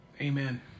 Amen